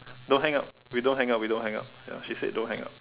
don't hang up we don't hang up we don't hang up ya she said don't hang up